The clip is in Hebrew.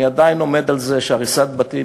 אני עדיין עומד על זה שהריסת בתים,